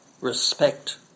respect